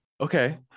okay